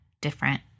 different